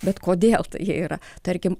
bet kodėl jie yra tarkim